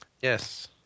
Yes